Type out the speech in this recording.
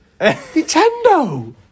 Nintendo